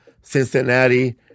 Cincinnati